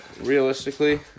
realistically